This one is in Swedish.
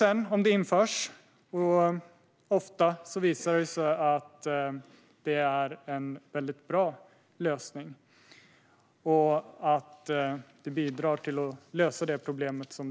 Men om det införs visar det sig ofta vara en väldigt bra lösning och att det bidrar till att lösa problemet.